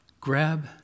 grab